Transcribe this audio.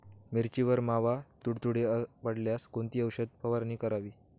मिरचीवर मावा, तुडतुडे पडल्यास कोणती औषध फवारणी करावी?